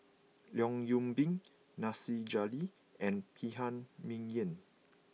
Leong Yoon Pin Nasir Jalil and Phan Ming Yen